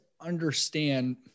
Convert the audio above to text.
understand